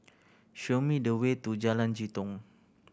show me the way to Jalan Jitong